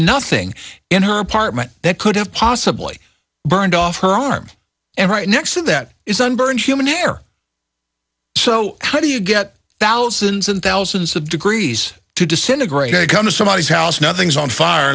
nothing in her apartment that could have possibly burned off her arm and right next to that isn't burned human hair so how do you get thousands and thousands of degrees to disintegrate or come to somebody's house nothing's on fire